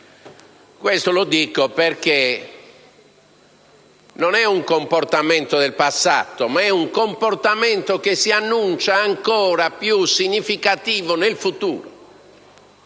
Questo lo dico non per un comportamento passato, ma per un comportamento che si annuncia ancor più significativo nel futuro.